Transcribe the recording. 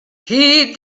heed